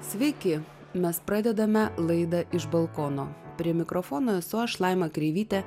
sveiki mes pradedame laidą iš balkono prie mikrofono esu aš laima kreivytė